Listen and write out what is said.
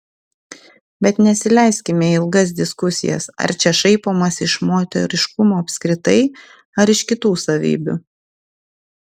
bet nesileiskime į ilgas diskusijas ar čia šaipomasi iš moteriškumo apskritai ar iš kitų savybių